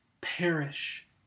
perish